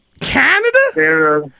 Canada